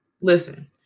Listen